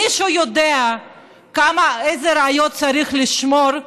מישהו יודע איזה ראיות צריך לשמור?